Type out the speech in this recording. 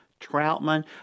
Troutman